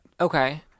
Okay